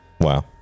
Wow